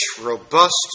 robust